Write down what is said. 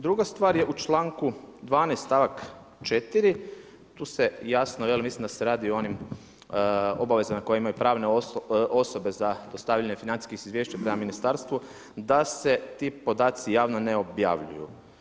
Druga stvar je u članku 12. stavak 4. tu se jasno, mislim da se radi o onim obavezama koje imaju pravne osobe za dostavljanje financijski izvješća prema ministarstvu, da se ti podaci javno ne objavljuju.